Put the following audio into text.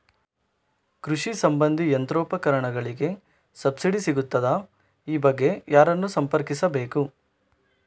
ಕೃಷಿ ಸಂಬಂಧಿ ಯಂತ್ರೋಪಕರಣಗಳಿಗೆ ಸಬ್ಸಿಡಿ ಸಿಗುತ್ತದಾ? ಈ ಬಗ್ಗೆ ಯಾರನ್ನು ಸಂಪರ್ಕಿಸಬೇಕು?